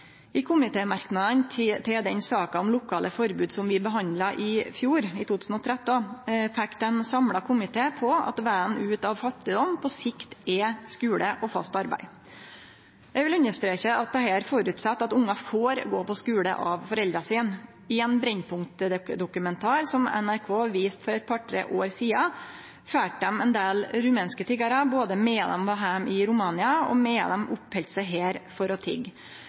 vidare. I komitémerknadane til den saka om lokale forbod som vi behandla i 2013, peikte ein samla komité på at vegen ut av fattigdom på sikt er skule og fast arbeid. Eg vil understreke at dette føreset at ungar får gå på skule av foreldra sine. I ein Brennpunkt-dokumentar som NRK viste for eit par–tre år sidan, følgde dei ein del rumenske tiggarar både medan dei var heime i Romania og medan dei oppheldt seg her for å